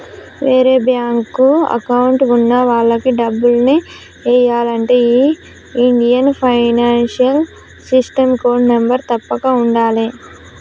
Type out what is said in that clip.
వేరే bank account ఉన్న వాళ్లకి డబ్బుల్ని ఎయ్యాలంటే ఈ Indian financial system code number తప్పక ఉండాలే